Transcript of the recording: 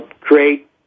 create